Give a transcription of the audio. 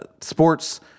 sports